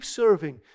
serving